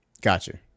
Gotcha